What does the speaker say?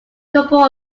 couple